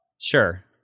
Sure